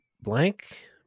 Blank